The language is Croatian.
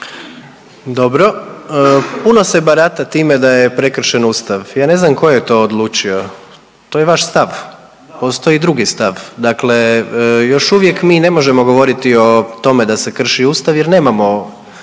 Dobro. Puno se barata time da je prekršen Ustav. Ja ne znam tko je to odlučio. To je vaš stav, postoji i drugi stav. Dakle, još uvijek mi ne možemo govoriti o tome da se krši Ustav jer nemamo